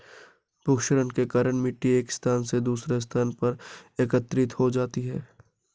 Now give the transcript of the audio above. भूक्षरण के कारण मिटटी एक स्थान से दूसरे स्थान पर एकत्रित हो जाती है